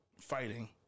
fighting